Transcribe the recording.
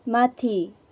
माथि